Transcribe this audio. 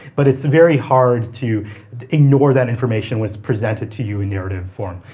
but it's very hard to ignore that information when it's presented to you in narrative form.